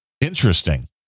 Interesting